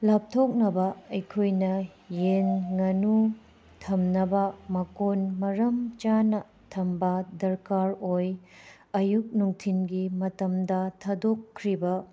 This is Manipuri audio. ꯂꯥꯞꯊꯣꯛꯅꯕ ꯑꯩꯈꯣꯏꯅ ꯌꯦꯟ ꯉꯥꯅꯨ ꯊꯝꯅꯕ ꯃꯀꯣꯜ ꯃꯔꯝ ꯆꯥꯅ ꯊꯝꯕ ꯗꯔꯀꯥꯔ ꯑꯣꯏ ꯑꯌꯨꯛ ꯅꯨꯡꯊꯤꯜꯒꯤ ꯃꯇꯝꯗ ꯊꯥꯗꯣꯛꯈ꯭ꯔꯤꯕ